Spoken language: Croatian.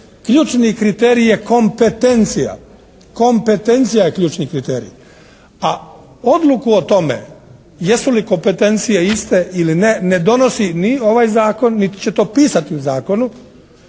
Ključni kriterij je kompetencija. Kompetencija je ključni kriterij. A odluku o tome jesu li kompetencije iste ili ne, ne donosi ni ovaj zakon niti će to pisati u zakonu.